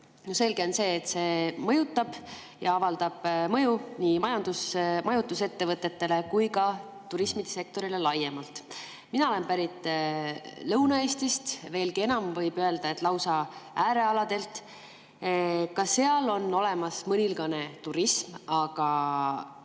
Selge on see, et see avaldab mõju nii majutusettevõtetele kui ka turismisektorile laiemalt. Mina olen pärit Lõuna-Eestist, veelgi enam, võib öelda, et lausa äärealalt. Ka seal on olemas mõningane turism, aga